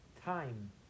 time